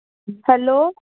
hello